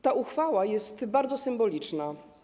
Ta uchwała jest bardzo symboliczna.